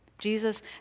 Jesus